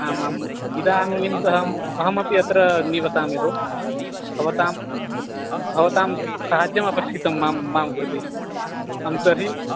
आमाम् इदानीं तु अहम् अहमपि अत्र निवसामि भोः भवतां भवतां साहाय्यम् अपेक्षितं मां मां कृते अहं तर्हि